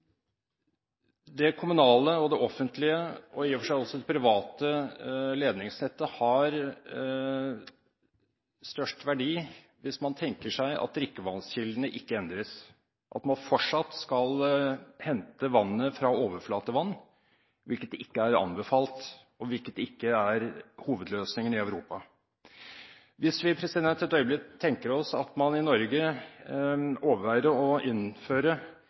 Det kommunale, det offentlige og i og for seg også det private ledningsnettet har størst verdi hvis man tenker seg at drikkevannskildene ikke endres – at man fortsatt skal hente vannet fra overflatevann, hvilket ikke er anbefalt, og hvilket ikke er hovedløsningen i Europa. Hvis vi et øyeblikk tenker oss at man i Norge overveide å innføre